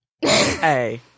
hey